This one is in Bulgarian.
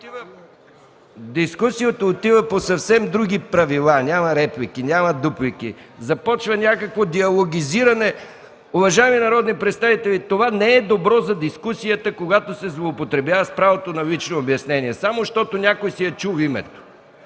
дискусията отива по съвсем други правила – няма реплики, няма дуплики, започва някакво диалогизиране. Уважаеми народни представители, това не е добро за дискусията, когато се злоупотребява с правото на лично обяснение, само защото някой си е чул името.